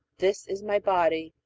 this is my body,